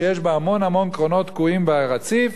שיש בה המון-המון קרונות תקועים ברציף,